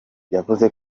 yavuze